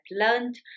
learned